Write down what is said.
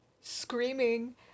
screaming